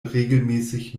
regelmäßig